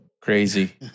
crazy